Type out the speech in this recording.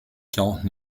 quarante